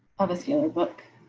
of a book.